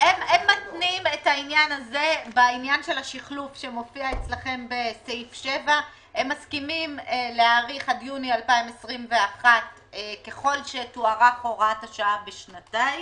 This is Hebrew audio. הם מתנים את העניין הזה בעניין של השחלוף שמופיע אצלכם בסעיף 7. הם מסכימים להאריך עד יוני 2021 ככל שתוארך הוראת השעה בשנתיים.